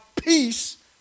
peace